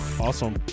Awesome